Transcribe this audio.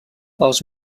els